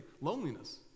loneliness